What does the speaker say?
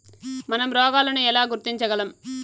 మనం రోగాలను ఎలా గుర్తించగలం?